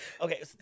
Okay